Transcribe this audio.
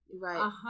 Right